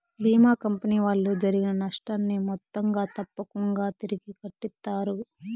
భీమా company వాళ్ళు జరిగిన నష్టాన్ని మొత్తంగా తప్పకుంగా తిరిగి కట్టిత్తారు